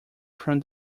from